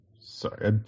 Sorry